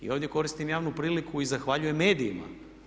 I ovdje koristim javnu priliku i zahvaljujem medijima.